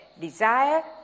desire